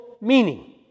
meaning